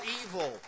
evil